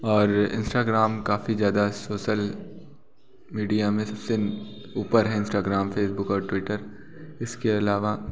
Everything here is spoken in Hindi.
और इंस्टाग्राम काफ़ी ज़्यादा सोशल मीडिया में सब से ऊपर है इंस्टाग्राम फेसबूक और ट्विटर इसके अलावा